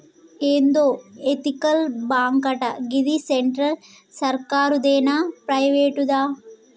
ఏందో ఎతికల్ బాంకటా, గిది సెంట్రల్ సర్కారుదేనా, ప్రైవేటుదా